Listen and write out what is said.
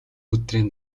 өдрийн